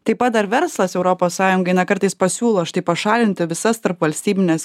taip pat ar verslas europos sąjungai na kartais pasiūlo štai pašalinti visas tarpvalstybines